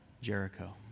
Jericho